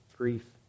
grief